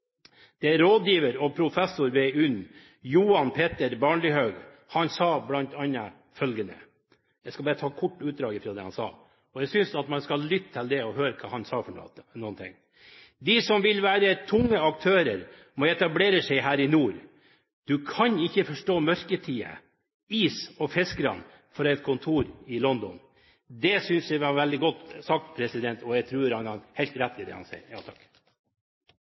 år sa rådgiver og professor ved Universitetet i Nordland Johan Petter Barlindhaug bl.a. følgende – jeg skal bare ta et kort utdrag fra det han sa, og jeg synes man skal lytte til det og høre hva han sa: «De som vil være tunge aktører må etablere seg her. Du kan ikke forstå mørketid, is og fiskere fra et kontor i London.» Det synes jeg var veldig godt sagt, og jeg tror han har helt rett i det han sier.